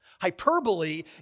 Hyperbole